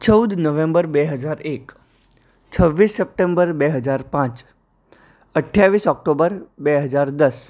ચૌદ નવેમ્બર બે હજાર એક છવીસ સપ્ટેમ્બર બે હજાર પાંચ અઠ્ઠાવીસ ઓકટોબર બે હજાર દસ